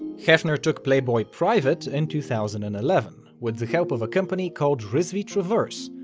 hefner took playboy private in two thousand and eleven with help of a company called rizvi traverse,